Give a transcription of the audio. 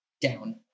down